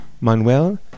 Manuel